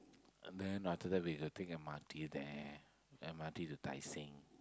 and then after that we will take M_R_T there M_R_T to Tai-Seng